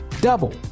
double